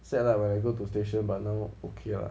sad lah when I go to station but now okay lah